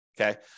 Okay